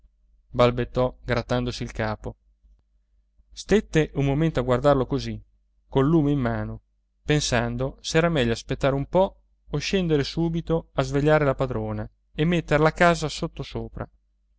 balbettò grattandosi il capo stette un momento a guardarlo così col lume in mano pensando se era meglio aspettare un po o scendere subito a svegliare la padrona e mettere la casa